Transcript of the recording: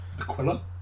Aquila